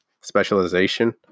specialization